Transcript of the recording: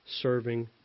serving